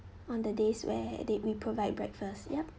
on the days where did we provide breakfast yup